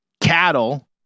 cattle